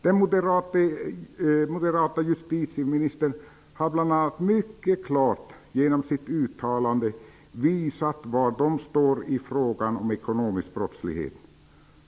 Den moderata justitieministern har genom sitt uttalande mycket klart visat var Moderaterna står i fråga om ekonomisk brottslighet.